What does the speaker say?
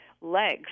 legs